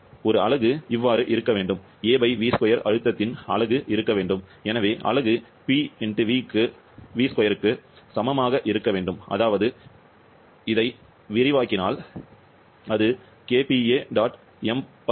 ஒரு அலகு இருக்க வேண்டும் av2 அழுத்தத்தின் அலகு இருக்க வேண்டும் எனவே அலகு Pv2 க்கு சமமாக இருக்க வேண்டும் அதாவது இதை விரிவாக்கினால் அது kPa